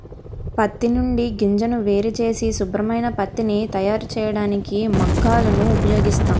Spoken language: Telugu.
పత్తి నుండి గింజను వేరుచేసి శుభ్రమైన పత్తిని తయారుచేయడానికి మగ్గాలను ఉపయోగిస్తాం